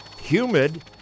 humid